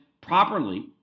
properly